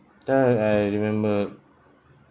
that I remember